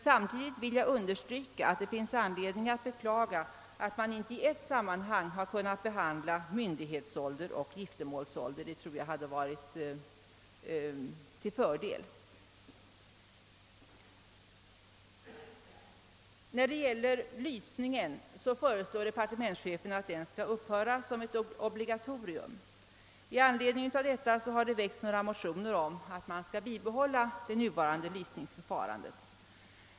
Samtidigt vill jag dock understryka att det finns anledning beklaga att man inte i ett sammanhang kunnat behandla frågorna om myndighetsålder och giftermålsålder, vilket hade varit till fördel. När det gäller lysningen föreslår departementschefen att denna skall upphöra som obligatorium. I anledning av detta har det väckts några motioner om bibehållande av det nuvarande lysningsförfarandet.